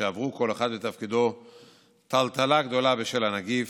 שעברו כל אחד בתפקידו טלטלה גדולה בשל הנגיף.